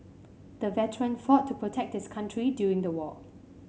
the veteran fought to protect his country during the war